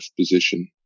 position